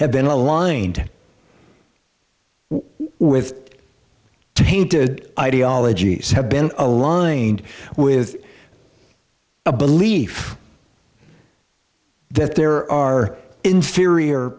have been aligned with tainted ideologies have been aligned with a belief that there are inferior